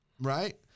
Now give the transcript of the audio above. right